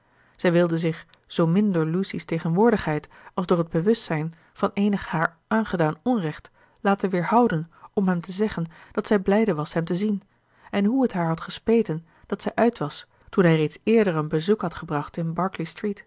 zij wilde zich zoomin door lucy's tegenwoordigheid als door het bewustzijn van eenig haar aangedaan onrecht laten weerhouden om hem te zeggen dat zij blijde was hem te zien en hoe het haar had gespeten dat zij uit was toen hij reeds eerder een bezoek had gebracht in berkeley street